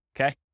Okay